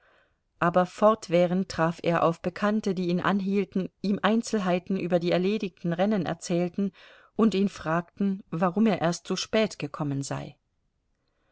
aber fortwährend traf er auf bekannte die ihn anhielten ihm einzelheiten über die erledigten rennen erzählten und ihn fragten warum er erst so spät gekommen sei